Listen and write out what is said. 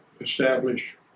establish